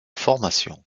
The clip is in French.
formation